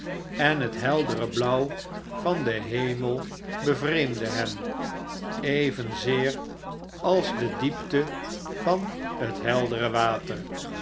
en het heldere blauw van den hemel bevreemdde hen evenzeer als dediepte van het heldere water